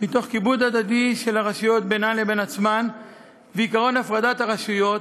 מתוך כיבוד הדדי של הרשויות בינן לבין עצמן ועקרון הפרדת הרשויות,